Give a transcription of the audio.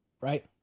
right